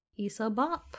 Isabop